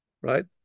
right